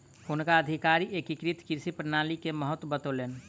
हुनका अधिकारी एकीकृत कृषि प्रणाली के महत्त्व बतौलैन